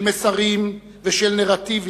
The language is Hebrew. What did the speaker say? של מסרים ושל נרטיבים,